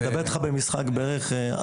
אני מדבר איתך על משחק, בערך עשרות.